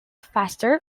faster